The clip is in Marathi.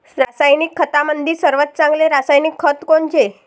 रासायनिक खतामंदी सर्वात चांगले रासायनिक खत कोनचे?